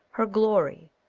her glory?